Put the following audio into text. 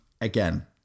again